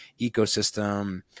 ecosystem